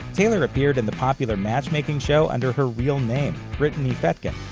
taylor appeared in the popular matchmaking show under her real name, brittany fetkin,